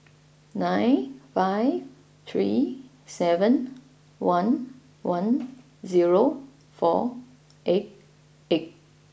nine five three seven one one zero four eight eight